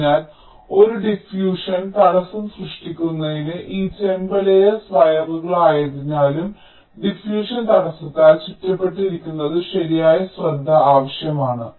അതിനാൽ ഒരു ഡിഫ്യൂഷൻ തടസ്സം സൃഷ്ടിക്കുന്നതിനും ഈ ചെമ്പ് ലേയേർസ് വയറുകളായതിനാലും ഡിഫ്യൂഷൻ തടസ്സത്താൽ ചുറ്റപ്പെട്ടിരിക്കുന്നതിന് ശരിയായ ശ്രദ്ധ ആവശ്യമാണ്